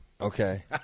Okay